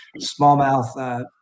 smallmouth